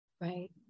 Right